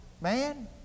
man